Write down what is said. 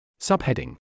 Subheading